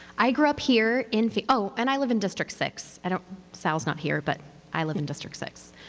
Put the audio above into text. i grew up here in phoenix oh, and i live in district six. and ah sal is not here, but i live in district six.